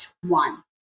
one